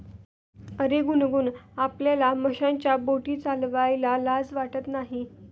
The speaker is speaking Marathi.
अरे गुनगुन, आपल्याला माशांच्या बोटी चालवायला लाज वाटत नाही